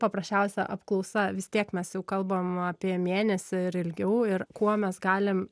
paprasčiausia apklausa vis tiek mes jau kalbam apie mėnesį ir ilgiau ir kuo mes galim